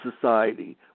society